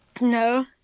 No